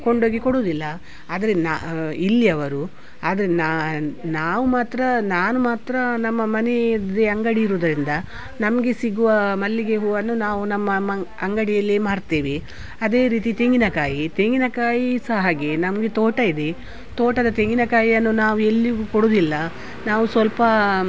ಕೊಂಡೋಗಿ ಕೊಡೋದಿಲ್ಲ ಆದರೆ ನಾ ಇಲ್ಲಿ ಅವರು ಆದರೆ ನಾ ನಾವು ಮಾತ್ರ ನಾನು ಮಾತ್ರ ನಮ್ಮ ಮನೆಯದ್ದೇ ಅಂಗಡಿ ಇರುವುದರಿಂದ ನಮಗೆ ಸಿಗುವ ಮಲ್ಲಿಗೆ ಹೂವನ್ನು ನಾವು ನಮ್ಮಮ ಅಂಗಡಿಯಲ್ಲೇ ಮಾರ್ತೇವೆ ಅದೇ ರೀತಿ ತೆಂಗಿನಕಾಯಿ ತೆಂಗಿನಕಾಯಿ ಸಹ ಹಾಗೆ ನಮಗೆ ತೋಟ ಇದೆ ತೋಟದ ತೆಂಗಿನಕಾಯಿಯನ್ನು ನಾವು ಎಲ್ಲಿಗು ಕೊಡೋದಿಲ್ಲ ನಾವು ಸ್ವಲ್ಪ